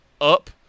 up